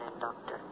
Doctor